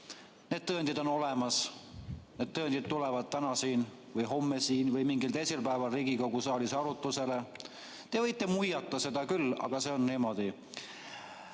Need tõendid on olemas. Need tõendid tulevad täna või homme või mingil teisel päeval siin Riigikogu saalis arutusele. Te võite muiata, seda küll, aga see on niimoodi.